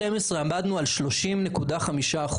עמדנו על 30.5%,